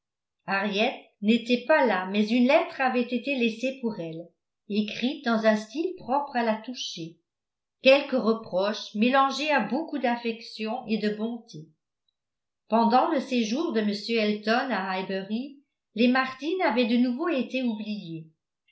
henriette n'était pas là mais une lettre avait été laissée pour elle écrite dans un style propre à la toucher quelques reproches mélangés à beaucoup d'affection et de bonté pendant le séjour de m elton à highbury les martin avaient de nouveau été oubliés